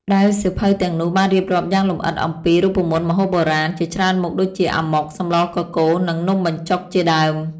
ដែលសៀវភៅទាំងនោះបានរៀបរាប់យ៉ាងលម្អិតអំពី រូបមន្តម្ហូបបុរាណ ជាច្រើនមុខដូចជា អាម៉ុក សម្លរកកូរ និងនំបញ្ចុក ជាដើម។